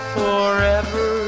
forever